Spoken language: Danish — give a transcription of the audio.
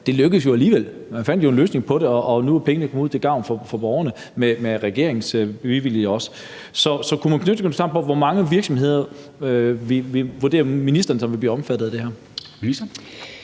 det lykkedes jo alligevel; man fandt en løsning på det, og nu er pengene kommet ud til gavn for borgerne, også med regeringens velvilje. Så kunne man oplyse, hvor mange virksomheder ministeren vurderer vil blive omfattet af det her?